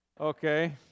Okay